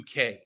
UK